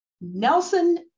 Nelson